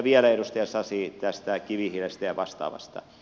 vielä edustaja sasi tästä kivihiilestä ja vastaavasta